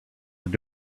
were